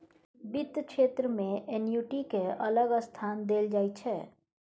बित्त क्षेत्र मे एन्युटि केँ अलग स्थान देल जाइ छै